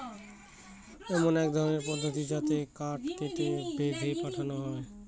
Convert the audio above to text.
এমন এক ধরনের পদ্ধতি যাতে কাঠ কেটে, বেঁধে পাঠানো হয়